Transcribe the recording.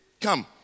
Come